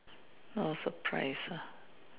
no surprise lah